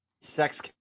sex